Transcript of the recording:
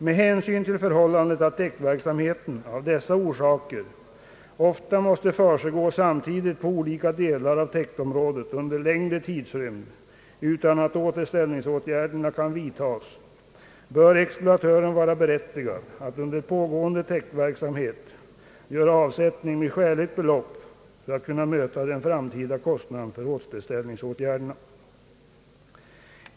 Med hänsyn till att täktverksamheten av dessa orsaker ofta måste försiggå samtidigt på olika delar av täktområdet under en längre tidsrymd utan att återställningsåtgärder kan vidtas bör exploatörerna vara berättigade att under pågående täktverksamhet göra avsättning med skäligt belopp för att kunna möta den framtida kostnaden för återställningsåtgärderna.